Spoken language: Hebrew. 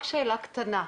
רק שאלה קטנה.